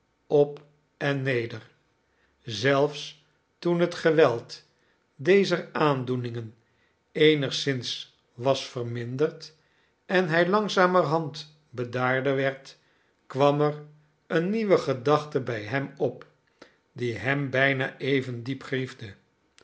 op en neder zelfs toen het geweld dezer aandoeningen eenigszins was verminderd en hij langzamerhand bedaarder werd kwam er eene nieuwe gedachte bij hem op die hem bijna even diep